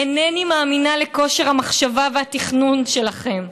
אינני מאמינה לכושר המחשבה והתכנון שלכם.